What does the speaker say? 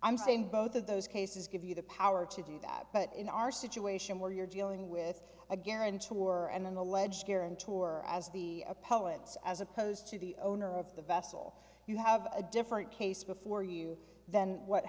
i'm saying both of those cases give you the power to do that but in our situation where you're dealing with a guarantor and an alleged here and tour as the poets as opposed to the owner of the vessel you have a different case before you than what he